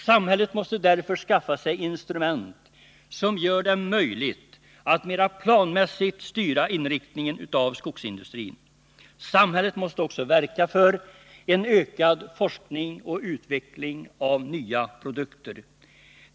——— Samhället måste därför skaffa sig instrument som gör det möjligt att mera planmässigt styra inriktningen av skogsindustrin. Samhället måste också verka för en ökad forskning och utveckling av nya produkter.